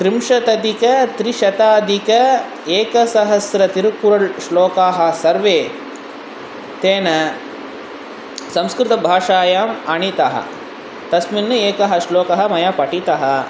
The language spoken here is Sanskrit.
त्रिंशतधिक त्रिंशताधिकेकसहस्रं तिरुकुरळ् श्लोकाः सर्वे तेन संस्कृतभाषायाम् आनीताः तस्मिन् एकः श्लोकः मया पठितः